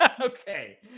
Okay